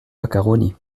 macaroni